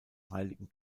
heiligen